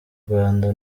rwanda